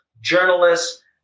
journalists